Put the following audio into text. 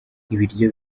ibiryo